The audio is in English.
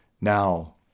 Now